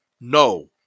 No